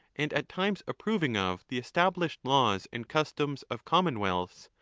and at times approving of, the established laws and customs of commonwealths,